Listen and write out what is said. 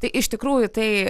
tai iš tikrųjų tai